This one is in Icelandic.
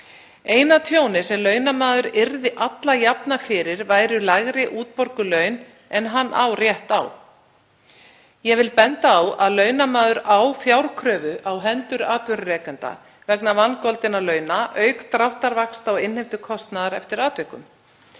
Eina tjónið sem launamaður yrði alla jafna fyrir væru lægri útborguð laun en hann á rétt á. Ég vil benda á að launamaður á fjárkröfu á hendur atvinnurekenda vegna vangoldinna launa auk dráttarvaxta og innheimtukostnaðar eftir atvikum.